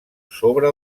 sobre